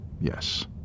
Yes